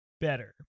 better